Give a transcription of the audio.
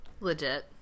Legit